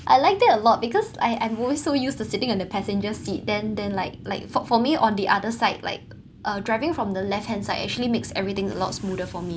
I liked it a lot because I'm I'm always so used to sitting on the passenger seat then then like like for for me on the other side like uh driving from the left hand side actually makes everything a lot smoother for me